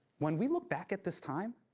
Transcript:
when we look back at this time,